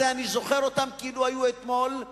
אני זוכר אותן כאילו היו אתמול,